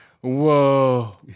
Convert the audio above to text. Whoa